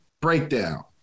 breakdown